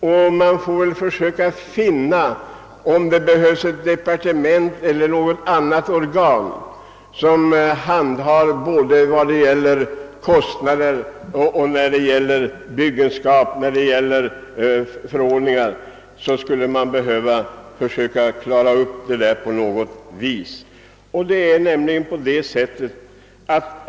Man bör nog överväga huruvida det inte bör inrättas ett nytt departement eller något annat organ som tar hand om alla frågor som sammanhänger med bostadsförsörjningen: bostadsbyggandet, kostnaderna och lagstiftningen.